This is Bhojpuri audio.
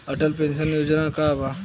अटल पेंशन योजना का बा?